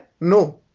No